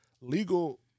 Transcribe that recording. legal